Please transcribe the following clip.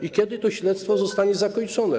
I kiedy to śledztwo zostanie zakończone?